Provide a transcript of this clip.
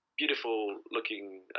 beautiful-looking